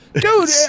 Dude